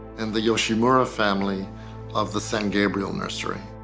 and the yoshimura family of the san gabriel nursery.